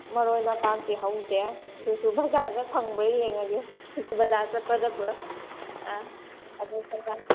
ꯃꯔꯣꯏ ꯅꯄꯥꯛꯇꯤ ꯍꯧꯗꯦ ꯑꯗꯨꯁꯨ ꯕꯖꯥꯔꯗ ꯐꯪꯕ꯭ꯔꯥ ꯌꯦꯡꯉꯒꯦ ꯕꯖꯥꯔ ꯆꯠꯄꯗ ꯄꯨꯂꯞ